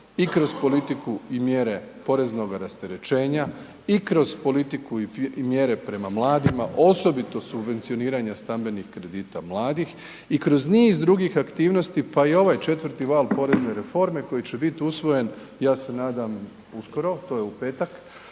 i kroz politiku i mjere poreznoga rasterećenja i kroz politiku i mjere prema mladima osobito subvencioniranja stambenih kredita mladih i kroz niz drugih aktivnosti, pa i ovaj četvrti val porezne reforme koji će biti usvojen ja se nadam uskoro, to je u petak,